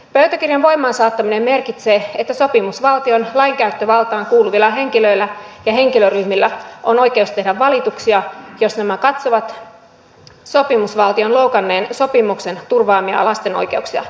pöytäkirjan voimaansaattaminen merkitsee että sopimusvaltion lainkäyttövaltaan kuuluvilla henkilöillä ja henkilöryhmillä on oikeus tehdä valituksia jos nämä katsovat sopimusvaltion loukanneen sopimuksen turvaamia lasten oikeuksia